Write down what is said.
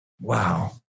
Wow